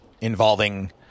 involving